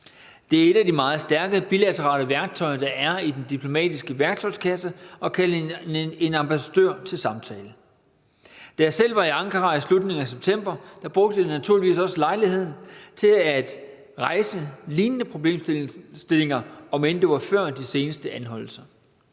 Det er et af de meget stærke bilaterale værktøjer, der er i den diplomatiske værktøjskasse at kalde en ambassadør til samtale. Da jeg selv var i Ankara i slutningen af september, brugte jeg naturligvis også lejligheden til at rejse lignende problemstillinger, om end det var før de seneste anholdelser.